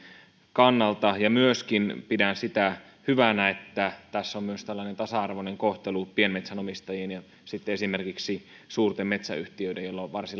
kannalta myöskin pidän sitä hyvänä että tässä on minusta tällainen tasa arvoinen kohtelu että pienmetsänomistajien ja sitten esimerkiksi suurten metsäyhtiöiden joilla on varsin